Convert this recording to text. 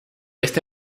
este